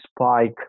spike